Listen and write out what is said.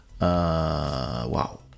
Wow